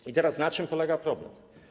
I teraz na czym polega problem?